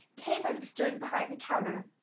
came and stood behind the counter.